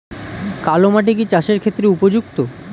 কালো মাটি কি চাষের ক্ষেত্রে উপযুক্ত?